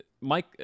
Mike